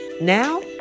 Now